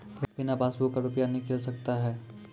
बिना पासबुक का रुपये निकल सकता हैं?